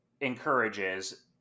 encourages